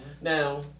now